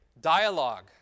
dialogue